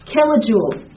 Kilojoules